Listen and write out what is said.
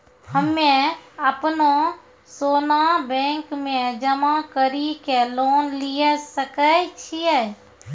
हम्मय अपनो सोना बैंक मे जमा कड़ी के लोन लिये सकय छियै?